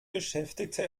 beschäftigte